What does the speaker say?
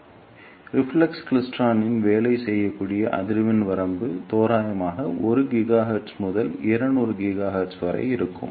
எனவே reflex klystron வேலை செய்யக்கூடிய அதிர்வெண் வரம்பு தோராயமாக 1 ஜிகாஹெர்ட்ஸ் முதல் 200 ஜிகாஹெர்ட்ஸ் வரை இருக்கும்